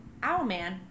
Owlman